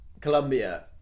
Colombia